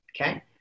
Okay